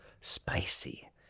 spicy